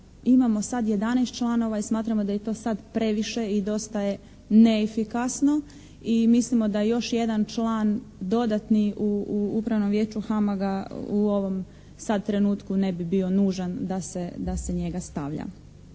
imamo sad jedanaest članova, i smatramo da je to sada previše i dosta je neefikasno, i mislimo da još jedan član dodatni u Upravnom vijeću HAMAG-a u ovom sad trenutku ne bi bio nužan da se njega stavlja.